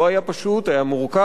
לא היה פשוט, היה מורכב.